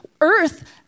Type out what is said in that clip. earth